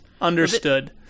Understood